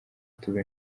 tuba